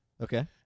Okay